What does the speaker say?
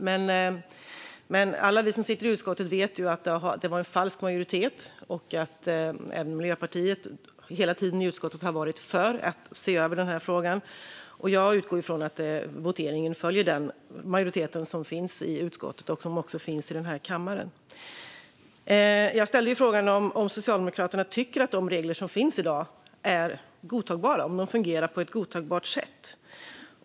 Men alla vi som sitter i utskottet vet att det var en falsk majoritet och att Miljöpartiet hela tiden i utskottet varit för att se över denna fråga. Jag utgår därför från att voteringen följer den majoritet som finns i utskottet och kammaren. Jag ställde frågan om Socialdemokraterna tycker att dagens regler fungerar på ett godtagbart sätt.